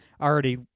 already